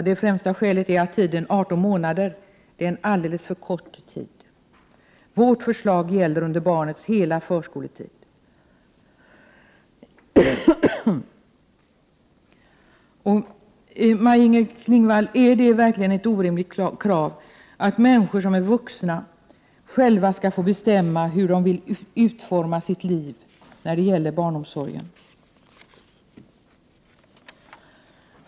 Det främsta skälet är att tiden — 18 månader — är en alldeles för kort tid. Vårt förslag gäller under barnets hela förskoletid. Maj-Inger Klingvall! Är det verkligen ett orimligt krav att människor som är vuxna själva skall få bestämma hur de vill utforma sitt liv när det gäller barnomsorgen?